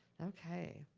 ok,